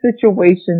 situation